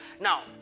Now